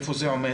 איפה זה עומד?